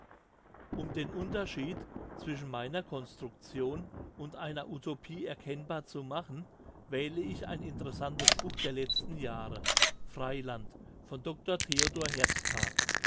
um den unterschied zwischen meiner construction und einer utopie erkennbar zu machen wähle ich ein interessantes buch der letzten jahre freiland von dr